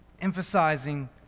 emphasizing